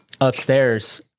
upstairs